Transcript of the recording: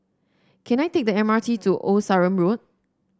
can I take the M R T to Old Sarum Road